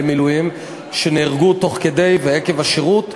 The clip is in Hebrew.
מילואים שנהרגו תוך כדי ועקב השירות,